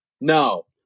No